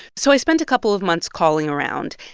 so i spent a couple of months calling around.